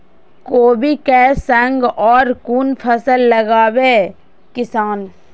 कोबी कै संग और कुन फसल लगावे किसान?